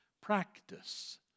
practice